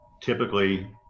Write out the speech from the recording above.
Typically